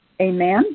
Amen